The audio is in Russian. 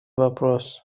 вопрос